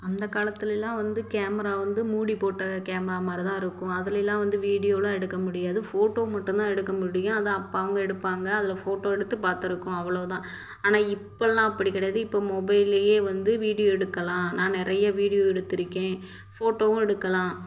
அந்த காலத்திலலாம் வந்து கேமரா வந்து மூடி போட்ட கேமரா மாதிரி தான் இருக்கும் அதிலலாம் வந்து வீடியோவெலாம் எடுக்க முடியாது ஃபோட்டோ மட்டும் தான் எடுக்க முடியும் அதை அப்போ அவங்க எடுப்பாங்கள் அதில் போட்டோ எடுத்து பார்த்துருக்கோம் அவ்வளோ தான் ஆனால் இப்போலாம் அப்படி கிடையாது இப்போ மொபைல்லையே வந்து வீடியோ எடுக்கலாம் நான் நிறைய வீடியோ எடுத்திருக்கேன் போட்டோவும் எடுக்கலாம்